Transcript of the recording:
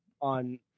on